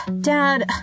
Dad